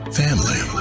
family